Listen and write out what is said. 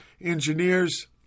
engineers